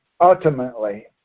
ultimately